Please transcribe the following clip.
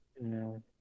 No